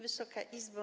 Wysoka Izbo!